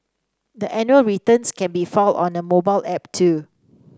the annual returns can be filed on a mobile app too